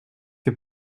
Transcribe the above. que